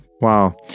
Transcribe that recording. wow